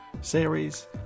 series